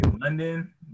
London